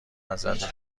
ازت